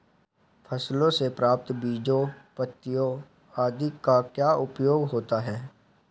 फसलों से प्राप्त बीजों पत्तियों आदि का क्या उपयोग होता है?